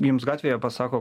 jums gatvėje pasako